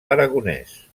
aragonès